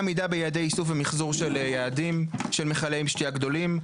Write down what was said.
איסוף ומחזור של מכלי שתייה גדולים.